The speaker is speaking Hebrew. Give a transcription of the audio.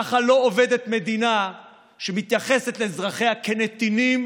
ככה לא עובדת מדינה שמתייחסת לאזרחיה כאל נתינים